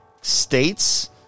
states